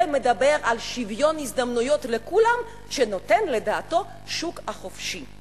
הוא מדבר על שוויון הזדמנויות לכולם שלדעתו נותן השוק החופשי.